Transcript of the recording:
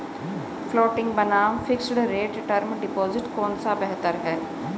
Floating बनाम fixed rate term deposit कौन सा बेहतर है?